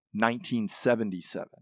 1977